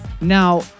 Now